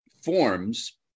forms